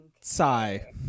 Sigh